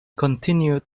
continued